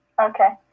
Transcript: Okay